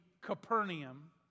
Capernaum